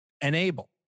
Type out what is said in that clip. enable